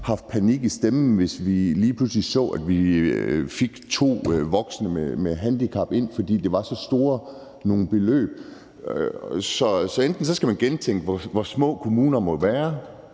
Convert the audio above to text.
hvor vi fik panik i stemmen, hvis vi lige pludselig så, at vi fik to voksne med handicap ind, fordi det var så store beløb. Så enten skal man gentænke, om kommunerne skal være